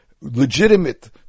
legitimate